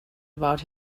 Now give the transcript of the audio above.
about